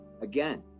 Again